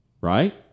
Right